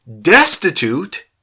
destitute